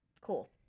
Cool